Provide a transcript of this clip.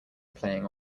playing